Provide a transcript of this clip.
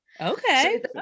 Okay